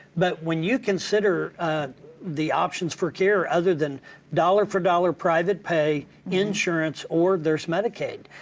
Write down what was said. but when you consider the options for care other than dollar for dollar private pay, insurance, or there's medicaid.